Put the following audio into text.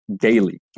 daily